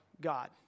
God